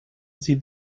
sie